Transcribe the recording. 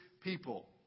people